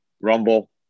rumble